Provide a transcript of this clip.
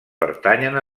pertanyen